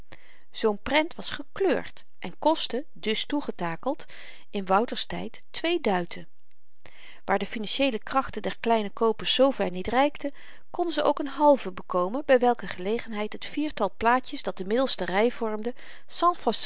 zoo'n prent was gekleurd en kostte dùs toegetakeld in wouters tyd twee duiten waar de finantieele krachten der kleine koopers zoover niet reikten konden ze ook n halve bekomen by welke gelegenheid het viertal plaatjes dat de middelste rei vormde sans